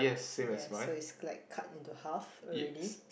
yes so it's like cut into half already